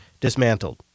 dismantled